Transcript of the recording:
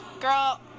Girl